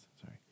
Sorry